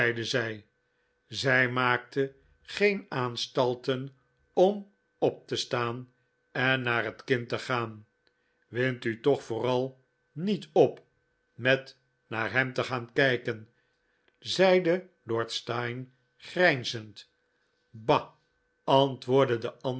zij zij maakte geen aanstalten om op te staan en naar het kind te gaan wind u toch vooral niet op met naar hem te gaan kijken zeide lord steyne grijnzend ba antwoordde de